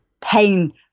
pain